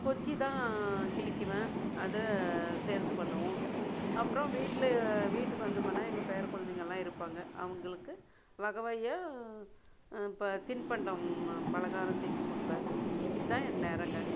குச்சி தான் கிழிக்குவேன் அது சேல்ஸ் பண்ணுவோம் அப்பறம் வீட்டில் வீட்டுக்கு வந்தோமனா எங்கள் பேரக்குழந்தைங்கல்லாம் இருப்பாங்க அவங்குளுக்கு வகை வகையாக இப்போ தின்பண்டம் பலகாரம் செஞ்சு கொடுப்பேன் இதுதான் என் நேரங்க